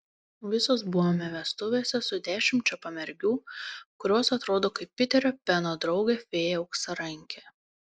visos buvome vestuvėse su dešimčia pamergių kurios atrodo kaip piterio peno draugė fėja auksarankė